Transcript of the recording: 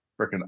freaking